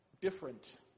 different